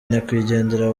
nyakwigendera